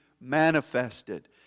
manifested